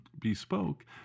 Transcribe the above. bespoke